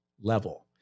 level